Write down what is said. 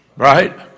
Right